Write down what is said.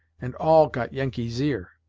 and all got yengeese ear.